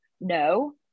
No